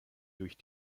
durch